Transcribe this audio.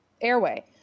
airway